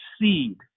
seed